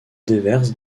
déverse